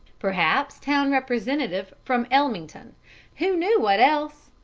perhaps town representative from ellmington who knew what else?